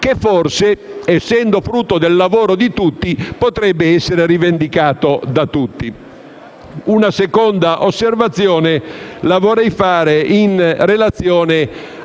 che forse, essendo frutto del lavoro di tutti, potrebbe essere da tutti rivendicato. Una seconda osservazione vorrei fare in relazione